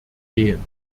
gehen